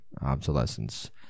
Obsolescence